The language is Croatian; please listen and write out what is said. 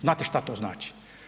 Znate šta to znači?